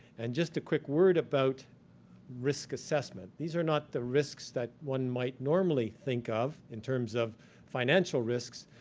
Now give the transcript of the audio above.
and just a quick word about risk assessment. these are not the risks that one might normally think of, in terms of financial risks,